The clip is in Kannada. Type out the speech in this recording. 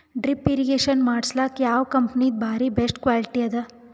ಡ್ರಿಪ್ ಇರಿಗೇಷನ್ ಮಾಡಸಲಕ್ಕ ಯಾವ ಕಂಪನಿದು ಬಾರಿ ಬೆಸ್ಟ್ ಕ್ವಾಲಿಟಿ ಅದ?